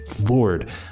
lord